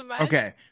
okay